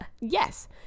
yes